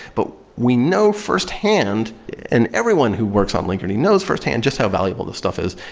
but we know firsthand and everyone who works on linkerd knows firsthand just how valuable this stuff is.